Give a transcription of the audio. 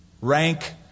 rank